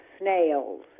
snails